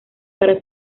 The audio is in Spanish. para